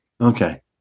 Okay